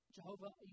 Jehovah